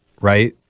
right